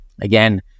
Again